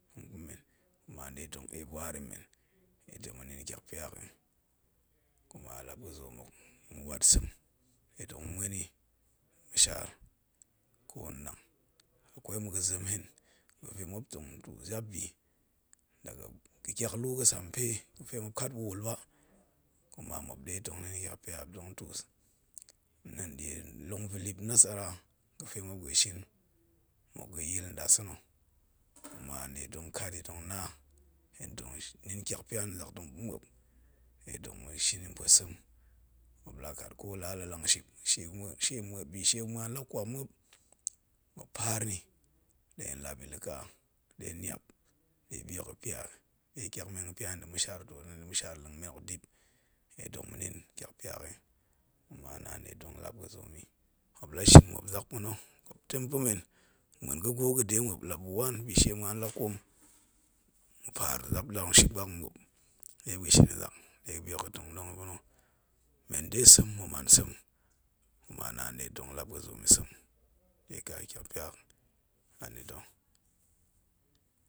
mmen kuma nɗe tong ep waar yi mmen, manɗe tong manin tyakpya hok yi, kuma la pa zoom muk ma̱ wat sem ɗe tong ma̱ muen yi ma̱sshaar kannang, akwai mazem hen gafe muop tong tuun jabbi daga ga̱ tyak lu gasampe, gafe muop kat pa̱wul ba, kuma muop ɗe tong nin tyakpya yi, muop tong tuus nɗa̱a̱n ɗie longvilip nasara ga̱fe muop ga̱shin mmuk ga̱yil nɗasa̱na̱, kuma hen nɗe tong kat yi tong na, hen tong shi, hen tong nin tyakpya na̱ zak pa̱ muop ɗe tong ma̱shin yi mpue sem, muop la kat ko lala langshin bi shie bi shie muan la kwam muop, muop paar nni, ɗe hen lap yi la ka, ɗe hen niap ɗe bihok gapyi da buk gapun yi nda masaar twwit nda̱ ma̱shaar leng men hok yi dip ɗe tong ma̱ nin tyakpyo hok yi kuma naan nɗe tong lap ga̱ zoom yi, muop la shin mmuop zak pa̱na̱ muop tem pa men, ma̱ muen ga̱gwo ga̱d muop, la pa̱ wan bishie muan la kwom, lap langship ba mmuop ɗe muop ga̱shin yi zak ɗe bihok ga̱ tong ɗong yi pa̱na, men de seni ma̱ man sem, kuma naan nde tong lap ga̱ zoom yi nsem ɗe ka tyakpya anita̱